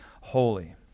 holy